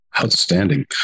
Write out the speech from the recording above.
Outstanding